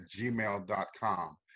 gmail.com